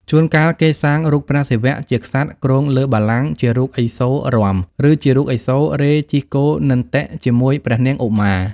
ជួនកាលគេសាងរូបព្រះសិវៈ ជាក្សត្រគ្រងលើបល្គ័ង្កជារូបឥសូររាំ ឬជារូបឥសូរេជិះគោនន្ទិជាមួយព្រះនាងឧមា។